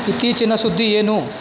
ಇತ್ತೀಚಿನ ಸುದ್ದಿ ಏನು